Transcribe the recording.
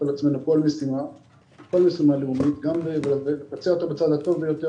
על עצמנו כל משימה לאומית ולבצע אותה על הצד הטוב ביותר,